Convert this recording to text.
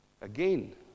Again